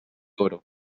oro